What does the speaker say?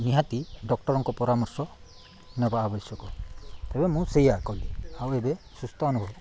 ନିହାତି ଡକ୍ଟରଙ୍କ ପରାମର୍ଶ ନେବା ଆବଶ୍ୟକ ତେବେ ମୁଁ ସେଇୟା କଲି ଆଉ ଏବେ ସୁସ୍ଥ ଅନୁଭବ